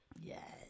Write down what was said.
Yes